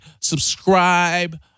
Subscribe